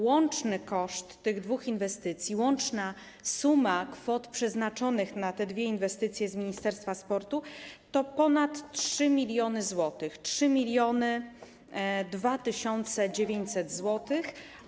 Łączny koszt tych dwóch inwestycji, łączna suma kwot przeznaczonych na te dwie inwestycje z ministerstwa sportu to ponad 3 mln zł - 300 2900 zł.